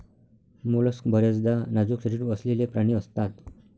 mollusc बर्याचदा नाजूक शरीर असलेले प्राणी असतात